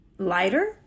lighter